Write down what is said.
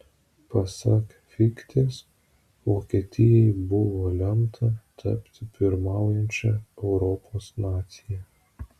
pasak fichtės vokietijai buvo lemta tapti pirmaujančia europos nacija